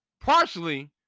partially